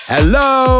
Hello